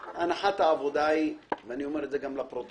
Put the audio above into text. הנחת העבודה היא ואני אומר את זה לפרוטוקול,